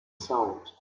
sound